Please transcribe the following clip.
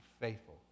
faithful